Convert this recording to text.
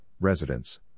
residents